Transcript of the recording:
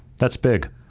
that's big.